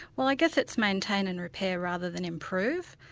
well i guess it's maintain and repair, rather than improve.